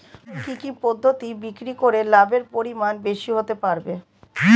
ফসল কি কি পদ্ধতি বিক্রি করে লাভের পরিমাণ বেশি হতে পারবে?